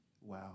Wow